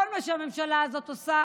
כל מה שהממשלה הזאת עושה,